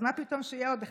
אז מה פתאום שיהיה עוד אחד?